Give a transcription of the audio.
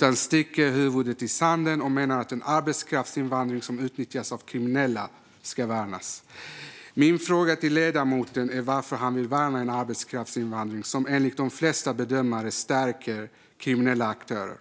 Man sticker huvudet i sanden och menar att en arbetskraftsinvandring som utnyttjas av kriminella ska värnas. Min fråga till ledamoten är varför han vill värna en arbetskraftsinvandring som enligt de flesta bedömare stärker kriminella aktörer.